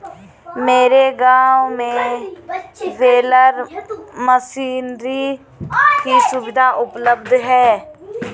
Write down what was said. मेरे गांव में बेलर मशीनरी की सुविधा उपलब्ध है